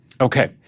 Okay